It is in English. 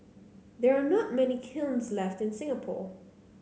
there are not many kilns left in Singapore